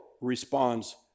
responds